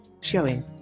showing